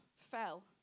fell